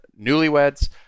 newlyweds